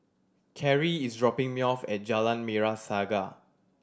Karie is dropping me off at Jalan Merah Saga